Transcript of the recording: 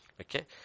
Okay